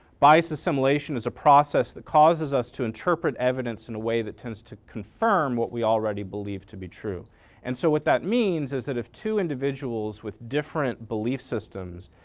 biased assimilation is a process that causes us to interpret evidence in a way that tends to confirm what we already believed to be true and so what that means is that if two individuals with different belief system